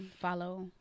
Follow